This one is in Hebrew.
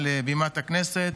מעל בימת הכנסת,